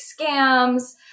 scams